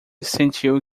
sentiu